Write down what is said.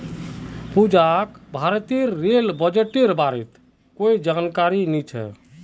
पूजाक भारतेर रेल बजटेर बारेत कोई जानकारी नी छ